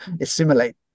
assimilate